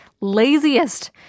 laziest